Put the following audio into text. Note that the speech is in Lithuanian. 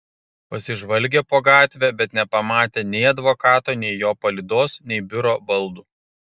pasižvalgė po gatvę bet nepamatė nei advokato nei jo palydos nei biuro baldų